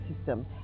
system